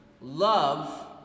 Love